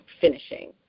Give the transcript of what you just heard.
finishing